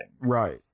Right